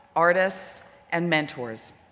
artists and mentors.